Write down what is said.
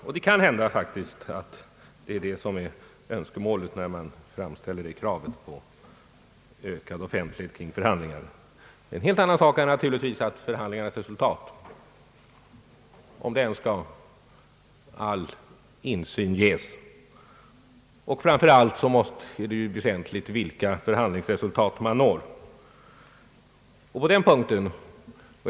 Och det kan faktiskt hända att detta är önskemålet när man framställer kravet på ökad offentlighet i förhandlingarna. En helt annan sak är naturligtvis att all insyn skall ges i fråga om förhandlingarnas resultat. Framför allt är det ju väsentligt vilka förhandlingsresultat man når.